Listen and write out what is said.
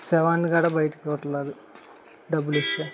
శవాన్ని కూడా బయటికి ఇవ్వడం లేదు డబ్బులు ఇస్తే